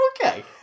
okay